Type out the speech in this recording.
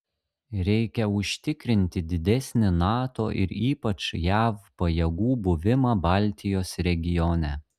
reikia užtikrinti didesnį nato ir ypač jav pajėgų buvimą baltijos regione